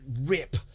rip